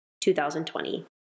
2020